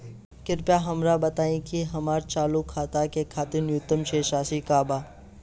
कृपया हमरा बताइ कि हमार चालू खाता के खातिर न्यूनतम शेष राशि का बा